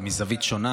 אבל מזווית שונה,